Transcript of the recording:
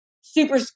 super